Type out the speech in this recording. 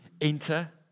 enter